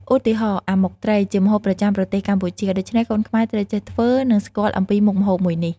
ឧទាហរណ៍ អាម៉ុកត្រី ជាម្ហូបប្រចាំប្រទេសកម្ពុជា ដូច្នេះកូនខ្មែរត្រូវចេះធ្វើ និងស្គាល់អំពីមុខម្ហូបមួយនេះ។